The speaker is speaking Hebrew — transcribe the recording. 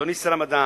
אדוני שר המדע,